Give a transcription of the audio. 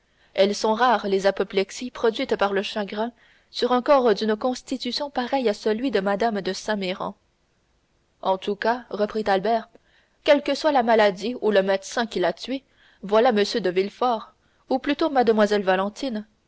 elles sont rares les apoplexies produites par le chagrin sur un corps d'une constitution pareille à celui de mme de saint méran en tout cas dit albert quelle que soit la maladie ou le médecin qui l'a tuée voilà m de villefort ou plutôt mlle valentine